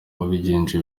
wabigenje